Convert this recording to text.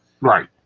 Right